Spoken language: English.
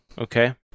okay